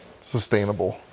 sustainable